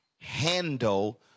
handle